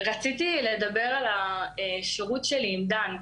רציתי לדבר על השירות שלי עם דן.